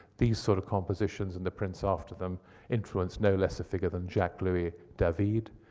these sort of compositions and the prints after them influenced no less a figure than jacques-louis david.